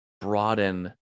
broaden